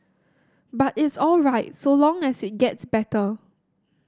but it's all right so long as it gets better